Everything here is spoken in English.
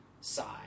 side